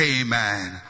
Amen